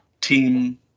team